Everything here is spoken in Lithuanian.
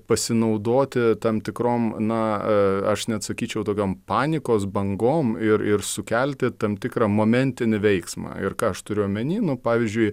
pasinaudoti tam tikrom na aš net sakyčiau tokiom panikos bangom ir ir sukelti tam tikrą momentinį veiksmą ir ką aš turiu omeny nu pavyzdžiui